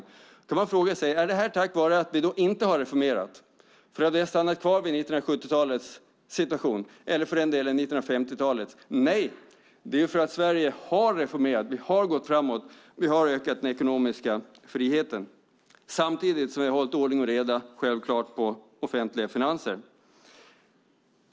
Då kan man fråga sig: Är det så här tack vare att vi inte har reformerat och att vi har stannat kvar vid 1970-talets situation eller, för den delen, 1950-talets? Nej, det är så här för att Sverige har reformerat. Vi har gått framåt. Vi har ökat den ekonomiska friheten samtidigt som vi har haft ordning och reda, självklart, när det gäller offentliga finanser.